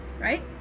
Right